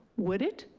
would it?